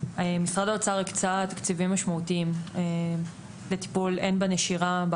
משרד האוצר הקצה תקציבים משמעותיים לטיפול בנשירה.